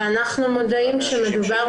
ואנחנו מודעים שמדובר,